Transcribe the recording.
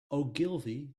ogilvy